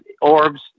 orbs